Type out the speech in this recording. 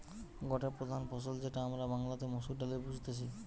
গটে প্রধান ফসল যেটা আমরা বাংলাতে মসুর ডালে বুঝতেছি